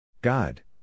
God